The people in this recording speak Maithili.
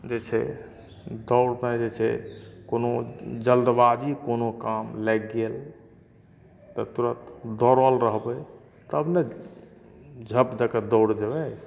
जे छै दौड़मे जे छै कोनो जल्दबाजी कोनो काम लागि गेल तऽ तुरत दौड़ल रहबै तब ने झप दऽ कऽ दौड़ जेबै